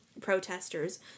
protesters